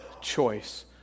choice